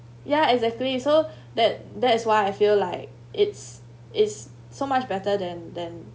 ya exactly so that that's why I feel like it's it's so much better than than